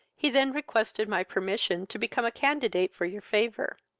he then requested my permission to become a candidate for your favour.